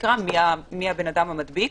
מי האדם המדביק.